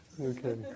Okay